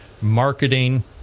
marketing